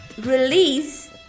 release